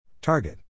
Target